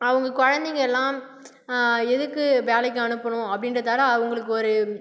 அவங்க குழந்தைங்க எல்லாம் எதுக்கு வேலைக்கு அனுப்புனும் அப்படின்றதால அவங்களுக்கு ஒரு